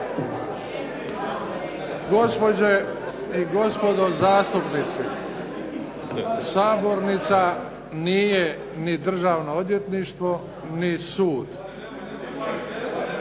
Gospođe i gospodo zastupnici, sabornica nije ni državno odvjetništvo ni sud.